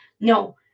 No